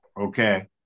Okay